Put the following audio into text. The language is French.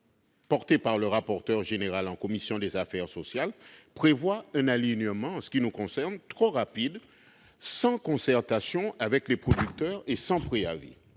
texte par le rapporteur général en commission des affaires sociales prévoit un alignement que nous jugeons trop rapide, sans concertation avec les producteurs, et sans préavis.